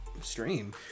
stream